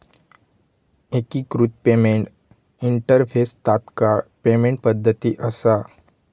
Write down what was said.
एकिकृत payment interface तात्काळ payment पद्धती असा